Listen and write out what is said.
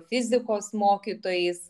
fizikos mokytojais